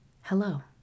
hello